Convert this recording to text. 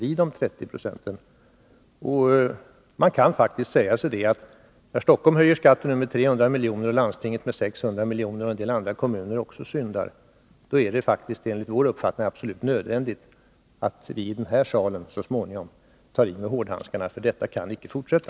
När Stockholms kommun höjer skatten med 300 milj.kr., Stockholms läns landsting med 600 milj.kr. och en del andra kommuner också syndar, är det enligt vår uppfattning faktiskt absolut nödvändigt att vi i den här salen så småningom tar i med hårdhandskarna, för så här kan det icke fortsätta.